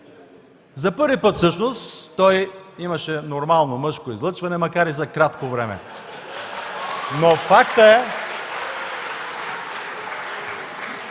За първи път всъщност той имаше нормално мъжко излъчване, макар и за кратко време. (Смях.